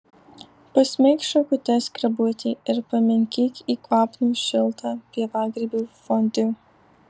pasmeik šakute skrebutį ir paminkyk į kvapnų šiltą pievagrybių fondiu